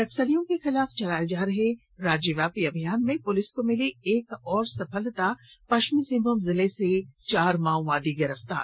नक्सलियों के खिलाफ चलाये जा रहे राज्यव्यापी अभियान में पुलिस को मिली एक और सफलता पश्चिमी सिंहभूम जिले से चार माओवादी गिरफ्तार